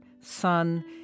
sun